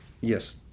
Yes